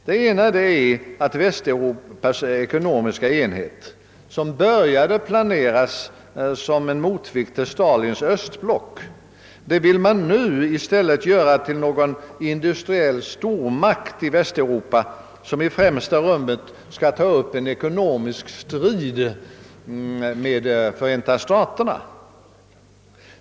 Det ena är att Västeuropas ekonomiska enhet, som började planeras som en motvikt mot Stalins östblock, nu bör omvandlas till en sorts industriell stormakt i Västeuropa, som i främsta rummet skall ta upp en ekonomisk strid med Förenta staterna.